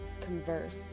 converse